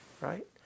right